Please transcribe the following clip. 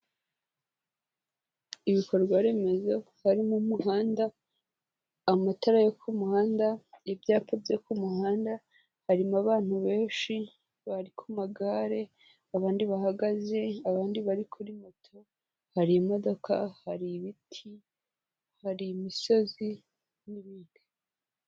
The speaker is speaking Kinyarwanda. Ibikorwa remezo harimo umuhanda, amatara yo ku muhanda, ibyapa byo ku muhanda, harimo abantu benshi bari ku magare, abandi bahagaze, abandi bari kuri moto, hari imodoka, hari ibiti, hari imisozi n'ibindi.